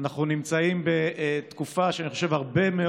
התוצאה היא הצלת חיים.